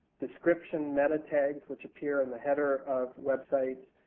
description meta-tags, which appear on the header of websites,